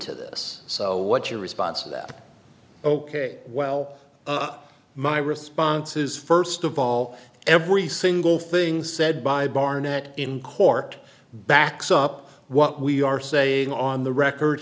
to this so what's your response to that ok well up my response is first of all every single thing said by barnett in court backs up what we are saying on the record